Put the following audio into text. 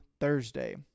Thursday